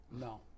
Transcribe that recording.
No